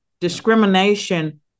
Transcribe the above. discrimination